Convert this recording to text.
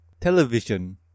television